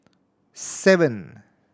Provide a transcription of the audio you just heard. seven